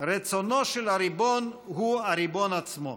"רצונו של הריבון הוא הריבון עצמו".